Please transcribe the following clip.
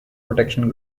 protection